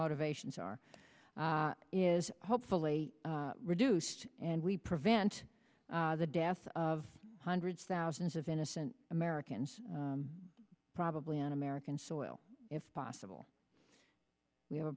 motivations are is hopefully reduced and we prevent the deaths of hundreds of thousands of innocent americans probably on american soil if possible we have a